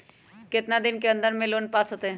कितना दिन के अन्दर में लोन पास होत?